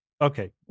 Okay